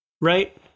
right